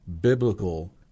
biblical